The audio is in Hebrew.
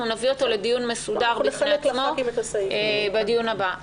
נביא אותו לדיון מסודר בפני עצמו בדיון הבא.